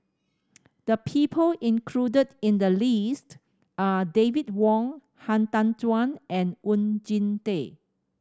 the people included in the list are David Wong Han Tan Juan and Oon Jin Teik